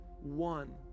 one